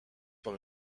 par